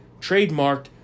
trademarked